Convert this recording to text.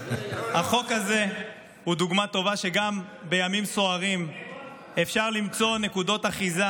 החוק הזה הוא דוגמה טובה לכך שגם בימים סוערים אפשר למצוא נקודות אחיזה,